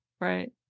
Right